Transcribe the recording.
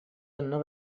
оннук